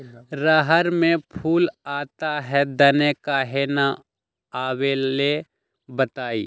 रहर मे फूल आता हैं दने काहे न आबेले बताई?